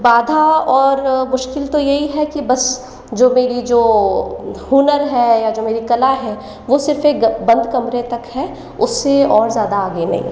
बाधा और मुश्किल तो यही है कि बस जो मेरी जो हुनर है या जो मेरी कला है वह सिर्फ एक बंद कमरे तक है उससे और ज़्यादा आगे नही